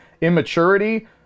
immaturity